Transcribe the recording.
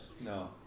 No